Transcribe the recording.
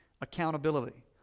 Accountability